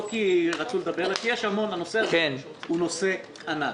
לא כי רצו לדבר אלא כי הנושא הזה הוא נושא ענק,